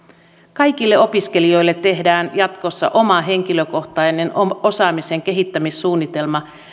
kaikille opiskelijoille tehdään jatkossa oma henkilökohtainen osaamisen kehittämissuunnitelma